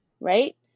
Right